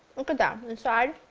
look at that, on the side.